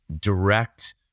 direct